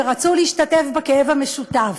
ורצו להשתתף בכאב המשותף.